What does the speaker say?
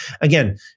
Again